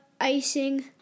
icing